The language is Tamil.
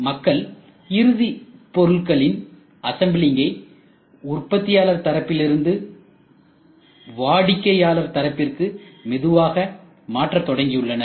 மக்கள் இறுதிப் பொருள்களின் அசம்பிளிங்கை உற்பத்தியாளர் தரப்பிலிருந்து வாடிக்கையாளர் தரப்பிற்கு மெதுவாக மாற்ற தொடங்கியுள்ளனர்